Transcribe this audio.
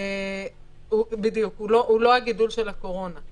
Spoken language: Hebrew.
הוא לא הגידול של הקורונה.